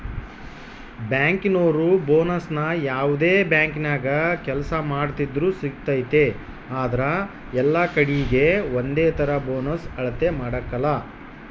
ಬ್ಯಾಂಕಿನೋರು ಬೋನಸ್ನ ಯಾವ್ದೇ ಬ್ಯಾಂಕಿನಾಗ ಕೆಲ್ಸ ಮಾಡ್ತಿದ್ರೂ ಸಿಗ್ತತೆ ಆದ್ರ ಎಲ್ಲಕಡೀಗೆ ಒಂದೇತರ ಬೋನಸ್ ಅಳತೆ ಮಾಡಕಲ